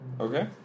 Okay